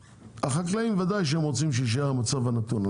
והחקלאים וודאי שהם רוצים שיישאר המצב הנתון,